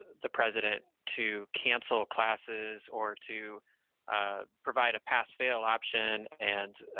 the president to cancel classes or to provide a pass fail option and,